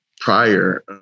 prior